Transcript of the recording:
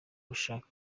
gushaka